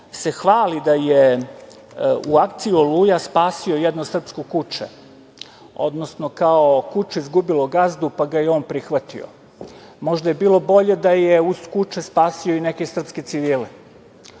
se hvali da je u akciji „Oluja“, spasio jedno kuče, odnosno da je kuče izgubilo gazdu, pa ga je on prihvatio. Možda je bilo bolje da je uz kuče spasio i neke srpske civile.